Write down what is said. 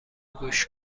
گوش